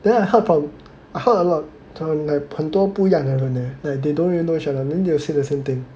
then I heard from I heard a lot like 很多不一样的人 leh like they don't really know each other then they will say the same thing